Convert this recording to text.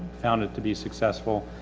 found it to be successful.